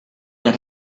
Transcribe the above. than